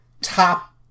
top